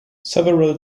several